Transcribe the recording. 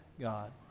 God